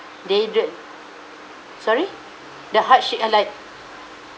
they don't sorry the hardship uh like